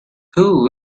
who